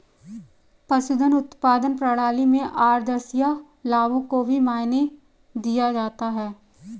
पशुधन उत्पादन प्रणाली में आद्रशिया लाभों को भी मायने दिया जाता है